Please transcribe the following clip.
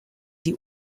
die